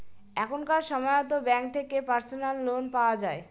এখনকার সময়তো ব্যাঙ্ক থেকে পার্সোনাল লোন পাওয়া যায়